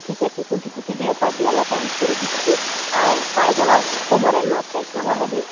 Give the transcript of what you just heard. ঠিক আছে কুঁচি কুঁচি দিয়ে পাতিয়ালা প্যান্ট করে দিচ্ছি আর পায়জামার কোমরের মাপটা একটু বলে দিন